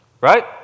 right